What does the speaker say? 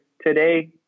today